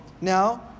now